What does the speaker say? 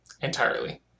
entirely